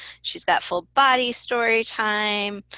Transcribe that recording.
she's got full body story time.